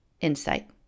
insight